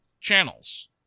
channels